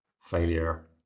failure